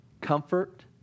comfort